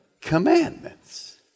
commandments